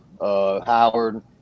Howard